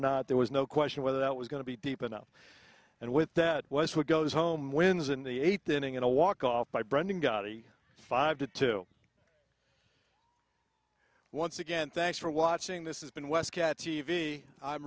not there was no question whether that was going to be deep enough and with that was what goes home wins in the eighth inning in a walk off by branding got a five to two once again thanks for watching this has been west cats t v i'm